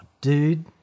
dude